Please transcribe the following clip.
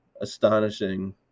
astonishing